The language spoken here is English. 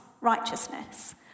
righteousness